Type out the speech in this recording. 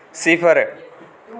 सिफर